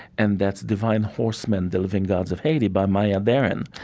and that's divine horsemen the living gods of haiti by maya deren.